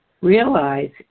Realize